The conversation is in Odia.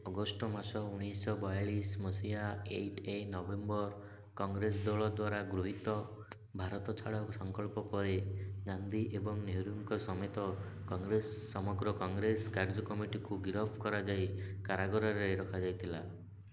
ଅଗଷ୍ଟ ମାସ ଉଣେଇଶହ ବୟାଳିଶ ମସିହା ଏଇଟ୍ ଏ ନଭେମ୍ବର କଂଗ୍ରେସ ଦଳ ଦ୍ୱାରା ଗୃହୀତ ଭାରତ ଛାଡ଼ ସଂକଳ୍ପ ପରେ ଗାନ୍ଧୀ ଏବଂ ନେହେରୁଙ୍କ ସମେତ କଂଗ୍ରେସ ସମଗ୍ର କଂଗ୍ରେସ କାର୍ଯ୍ୟକମିଟିକୁ ଗିରଫ କରାଯାଇ କାରାଗାରରେ ରଖାଯାଇଥିଲା